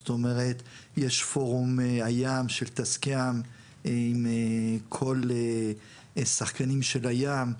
זאת אומרת יש פורום הים של --- עם שחקנים של הים.